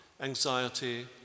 anxiety